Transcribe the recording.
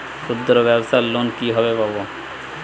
ক্ষুদ্রব্যাবসার লোন কিভাবে পাব?